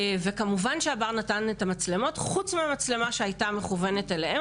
כמובן שהבר נתן את המצלמות חוץ מהמצלמה שהייתה מכוונת אליהם,